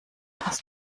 hast